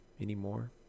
Anymore